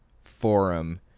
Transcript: Forum